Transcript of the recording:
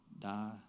Die